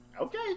Okay